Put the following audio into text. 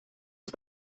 ist